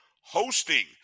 hosting